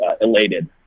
elated